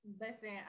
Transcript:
listen